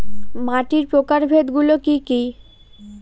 মাটির প্রকারভেদ গুলো কি কী?